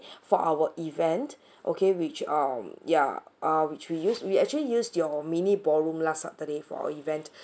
for our event okay which um ya uh which we use we actually use your mini ballroom last saturday for our event